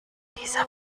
dieser